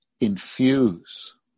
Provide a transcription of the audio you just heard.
infuse